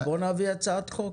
אז בוא נביא הצעת חוק.